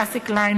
אסי קליין,